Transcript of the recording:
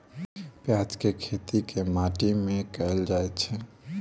प्याज केँ खेती केँ माटि मे कैल जाएँ छैय?